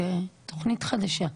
זה תוכנית חדשה,